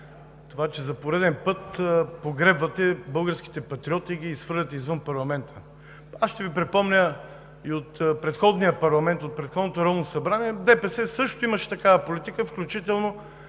това, че за пореден път погребвате българските Патриоти и ги изхвърляте извън парламента. Ще Ви припомня, че от предходния парламент, от предходното Народно събрание ДПС също имаше такава политика, включително